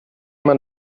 man